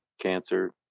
cancer